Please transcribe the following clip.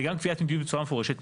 וגם קביעת מדיניות בצורה מפורשת,